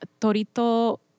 Torito